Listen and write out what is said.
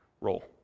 role